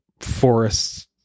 forests